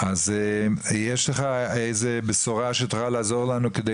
אז יש לך איזו בשורה שתוכל לעזור לנו כדי